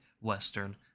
Western